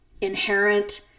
inherent